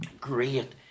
Great